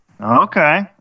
Okay